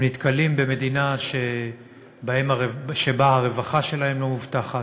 הם נתקלים במדינה שבה הרווחה שלהם לא מובטחת,